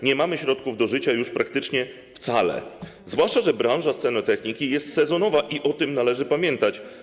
Nie mamy środków do życia już praktycznie wcale, zwłaszcza że branża scenotechniki jest sezonowa i o tym należy pamiętać.